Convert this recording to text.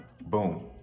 Boom